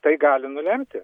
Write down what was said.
tai gali nulemti